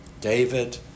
David